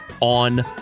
On